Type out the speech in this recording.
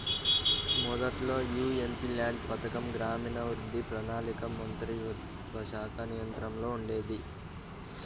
మొదట్లో యీ ఎంపీల్యాడ్స్ పథకం గ్రామీణాభివృద్ధి, ప్రణాళికా మంత్రిత్వశాఖ నియంత్రణలో ఉండేది